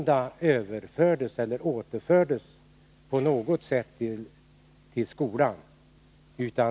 Då återfördes besparingen inte på något sätt till skolan.